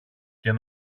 και